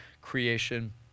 creation